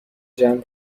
جمع